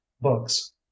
Books